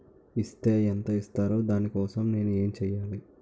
Is తే ఎంత ఇస్తారు దాని కోసం నేను ఎంచ్యేయాలి?